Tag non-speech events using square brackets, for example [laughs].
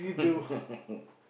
[laughs]